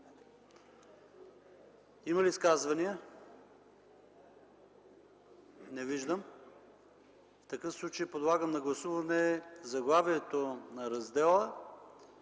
Има ли изказвания? Не виждам. В такъв случай подлагам на гласуване заглавието на раздела,